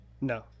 No